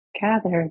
gathered